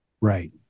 Right